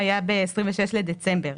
היה ב-26 בדצמבר.